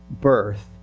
birth